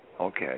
Okay